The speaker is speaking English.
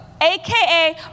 aka